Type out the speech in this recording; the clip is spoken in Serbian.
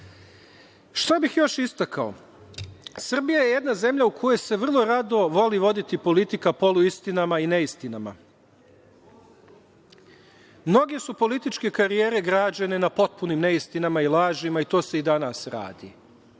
bih još istakao? Srbija je jedna zemlja u kojoj se vrlo rado voli voditi politika poluistinama i neistinama, mnoge su političke karijere građene na potpunim neistinama i lažima i to se i danas radi.